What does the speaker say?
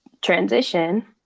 transition